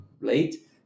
late